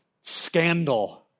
scandal